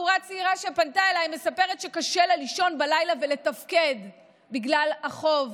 בחורה צעירה שפנתה אליי מספרת שקשה לה לישון בלילה ולתפקד בגלל החוב